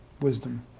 wisdom